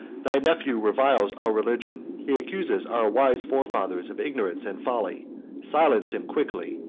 thy nephew reviles our religion he accuses our wise forefathers of ignorance and folly silence him quickly,